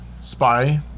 spy